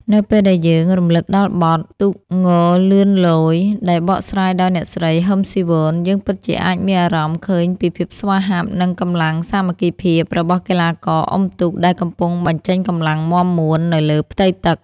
នៅពេលដែលយើងរំលឹកដល់បទ «ទូកងលឿនលយ» ដែលបកស្រាយដោយអ្នកស្រី ហ៊ឹម ស៊ីវន យើងពិតជាអាចមានអារម្មណ៍ឃើញពីភាពស្វាហាប់ និងកម្លាំងសាមគ្គីភាពរបស់កីឡាករអុំទូកដែលកំពុងបញ្ចេញកម្លាំងមាំមួននៅលើផ្ទៃទឹក។